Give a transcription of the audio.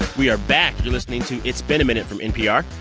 we are back. you're listening to it's been a minute from npr.